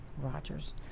Rogers